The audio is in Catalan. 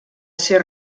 ser